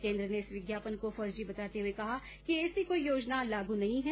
केंद्र ने इस विज्ञापन को फर्जी बताते हुए कहा है कि ऐसी कोई योजना लागू नहीं है